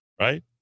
right